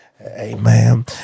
Amen